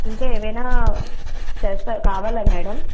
ఇంకా ఏమైన చేస్తా కావాలా మేడం